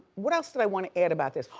what else did i wanna add about this?